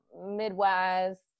Midwest